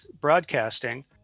Broadcasting